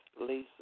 Lisa